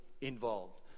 involved